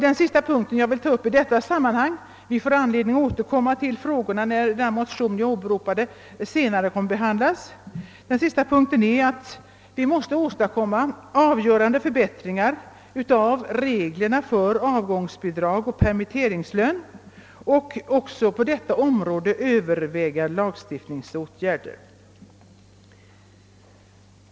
Den sista punkten jag vill ta upp i detta sammanhang — vi får anledning att återkomma till dessa frågor när den motion jag åberopade senare kommer att behandlas är att vi måste åstadkomma avgörande förbättringar av reglerna för avgångsbidrag och permitteringslön och också på detta område överväga lagstiftningsåtgärder.